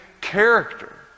character